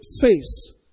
face